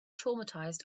traumatized